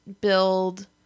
build